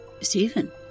Stephen